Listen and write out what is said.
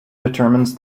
determines